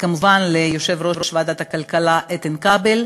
וכמובן ליושב-ראש ועדת הכלכלה איתן כבל,